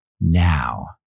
now